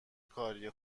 کاریه